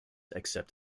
except